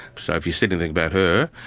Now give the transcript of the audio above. so if you said anything about her,